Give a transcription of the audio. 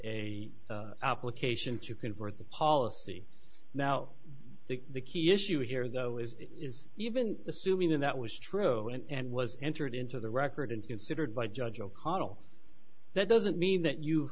a application to convert the policy now the key issue here though is is even assuming that was true and was entered into the record and considered by judge o'connell that doesn't mean that you